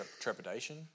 trepidation